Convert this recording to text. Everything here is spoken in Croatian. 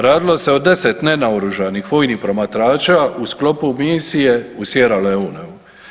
Radimo se o 10 nenaoružanih vojnih promatrača u sklopu misije u Sierra Leoneu.